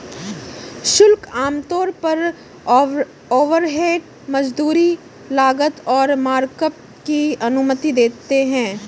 शुल्क आमतौर पर ओवरहेड, मजदूरी, लागत और मार्कअप की अनुमति देते हैं